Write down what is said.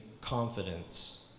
confidence